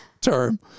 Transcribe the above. term